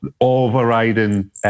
overriding